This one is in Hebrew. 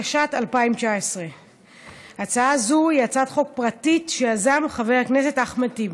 התשע"ט 2019. הצעה זו היא הצעת חוק פרטית שיזם חבר הכנסת אחמד טיבי.